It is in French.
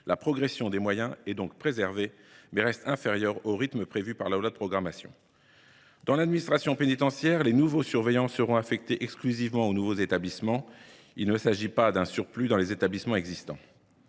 La progression des moyens est donc préservée, mais reste inférieure au rythme prévu par la loi de programmation. Dans l’administration pénitentiaire, les nouveaux surveillants seront affectés exclusivement aux nouveaux établissements : il ne s’agit pas d’un surplus dans les établissements existants.